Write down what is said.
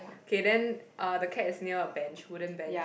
K then uh the cat is near a bench wooden bench